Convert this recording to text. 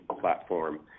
platform